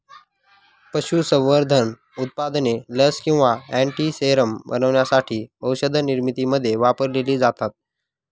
पशुसंवर्धन उत्पादने लस किंवा अँटीसेरम बनवण्यासाठी औषधनिर्मितीमध्ये वापरलेली जातात